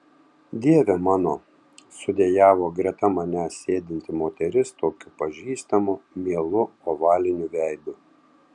dieve mano sudejavo greta manęs sėdinti moteris tokiu pažįstamu mielu ovaliniu veidu